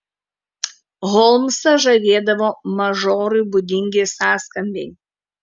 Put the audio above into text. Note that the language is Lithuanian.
holmsą žavėdavo mažorui būdingi sąskambiai